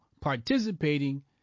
participating